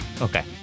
Okay